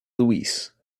louise